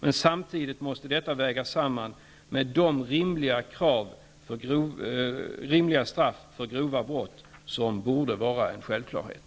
Men samtidigt måste detta vägas samman med kravet på rimliga straff för grova brott, som borde vara en självklarhet.